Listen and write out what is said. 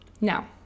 Now